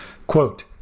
Quote